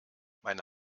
meine